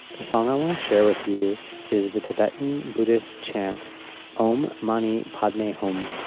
the song i want to share with you is the tibetan buddhist chant om mani padme hum.